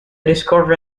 discovery